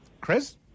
Chris